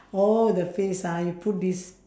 oh the face ah you put this